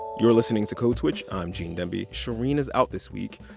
you are listening to code switch. i'm gene demby. shereen is out this week.